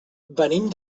venim